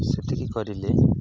ସେତିକି କରିଲେ